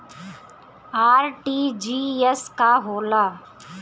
RTGS का होला?